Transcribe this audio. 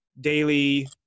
daily